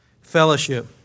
fellowship